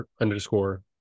underscore